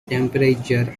temperature